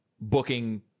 booking